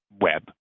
web